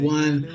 one